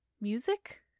music